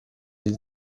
dei